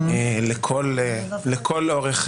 לכל אורך